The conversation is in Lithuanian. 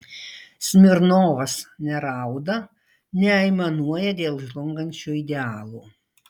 smirnovas nerauda neaimanuoja dėl žlungančio idealo